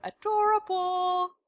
adorable